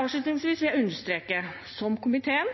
Avslutningsvis vil jeg understreke, som komiteen,